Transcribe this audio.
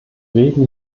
reden